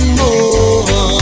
more